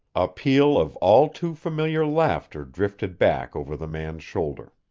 a peal of all-too-familiar laughter drifted back over the man's shoulder.